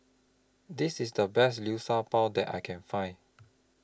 This IS The Best Liu Sha Bao that I Can Find